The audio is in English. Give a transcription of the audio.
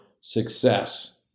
success